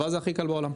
ואז זה הכי קל בעולם.